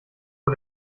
vor